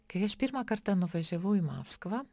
kai aš pirmą kartą nuvažiavau į maskvą